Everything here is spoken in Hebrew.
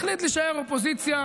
הוא החליט להישאר אופוזיציה,